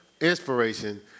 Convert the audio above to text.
Inspiration